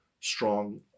strong